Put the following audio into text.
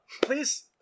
Please